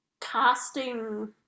casting